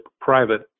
private